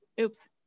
oops